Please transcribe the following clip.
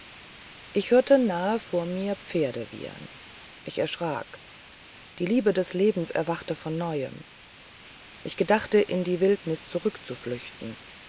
ich hörte nahe vor mir pferde wiehern ich erschrak die liebe des lebens erwachte von neuem ich gedachte in die wildnis zurück zu flüchten